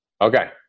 Okay